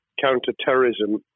counter-terrorism